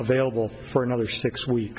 available for another six week